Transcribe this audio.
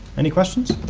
any questions?